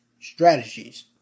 strategies